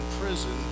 prison